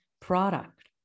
product